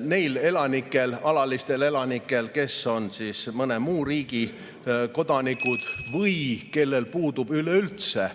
neil elanikel, alalistel elanikel, kes on mõne muu riigi kodanikud või kellel üleüldse